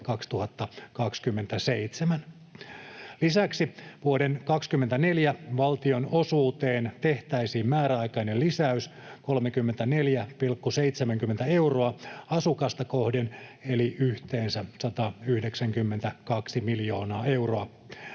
Lisäksi vuoden 24 valtionosuuteen tehtäisiin määräaikainen lisäys 34,70 euroa asukasta kohden eli yhteensä 192 miljoonaa euroa,